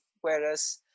whereas